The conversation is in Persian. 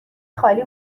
خالی